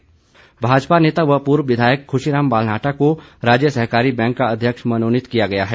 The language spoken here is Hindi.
बालनाटाह भाजपा नेता व पूर्व विधायक खुशीराम बालनाटाह को राज्य सहकारी बैंक का अध्यक्ष मनोनीत किया गया है